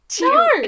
no